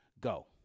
Go